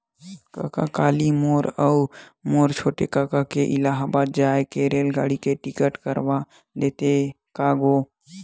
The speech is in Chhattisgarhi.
कका काली मोर अऊ मोर छोटे कका के इलाहाबाद जाय के रेलगाड़ी के टिकट करवा देतेस का गो